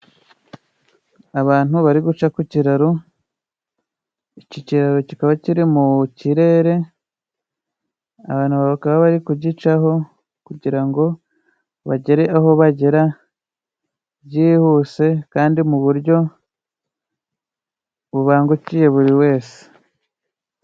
Abantu bari guca ku kiraro, iki kiraro kikaba kiri mu kirere, abantu bakaba bari kugicaho kugira ngo bagere aho bagera byihuse kandi mu buryo bubangukiye buri wese.